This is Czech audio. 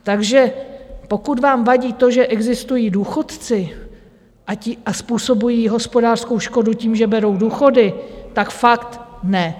Takže pokud vám vadí to, že existují důchodci a způsobují hospodářskou škodu tím, že berou důchody, tak fakt ne.